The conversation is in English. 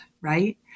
right